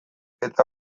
eta